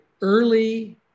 early